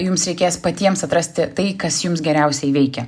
jums reikės patiems atrasti tai kas jums geriausiai veikia